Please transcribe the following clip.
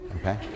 Okay